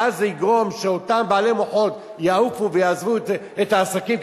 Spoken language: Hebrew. ואז זה יגרום שאותם בעלי מוחות יעופו ויעזבו את העסקים,